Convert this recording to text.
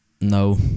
no